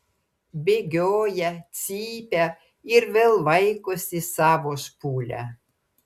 bėgioja cypia ir vėl vaikosi savo špūlę